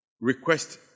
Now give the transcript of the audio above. request